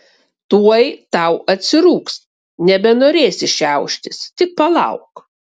tuoj tau atsirūgs nebenorėsi šiauštis tik palauk